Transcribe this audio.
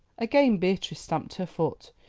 again beatrice stamped her foot.